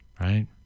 right